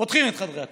פותחים את חדרי הכושר,